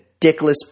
dickless